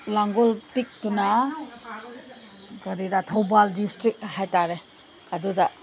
ꯂꯥꯡꯒꯣꯜ ꯄꯤꯛꯇꯨꯅ ꯀꯔꯤꯔꯥ ꯊꯧꯕꯥꯜ ꯗꯤꯁꯇ꯭ꯔꯤꯛ ꯍꯥꯏꯇꯥꯔꯦ ꯑꯗꯨꯗ